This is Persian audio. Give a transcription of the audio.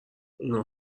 اونها